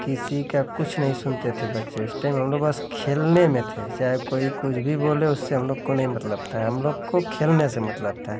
किसी का कुछ नहीं सुनते थे बच्चे उस टाइम हम लोग बस खेलने में थे चाहे कोई कुछ भी बोले उससे हम लोग को नहीं मतलब था हम लोग को खेलने से मतलब था